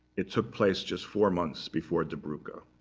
it took place just four months before die brucke. ah